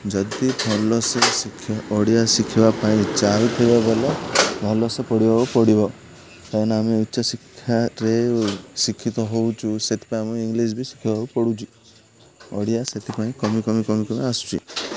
ଯଦି ଭଲ ସେ ଓଡ଼ିଆ ଶିଖିବା ପାଇଁ ଚାହୁଁଥିବ ବଲେ ଭଲ ସେ ପଢ଼ିବାକୁ ପଡ଼ିବ କାହିଁକିନା ଆମେ ଉଚ୍ଚଶିକ୍ଷାରେ ଶିକ୍ଷିତ ହେଉଛୁ ସେଥିପାଇଁ ଆମେ ଇଂଲିଶ ବି ଶିଖିବାକୁ ପଡ଼ୁଛି ଓଡ଼ିଆ ସେଥିପାଇଁ କମି କମି କମି କମି ଆସୁଛି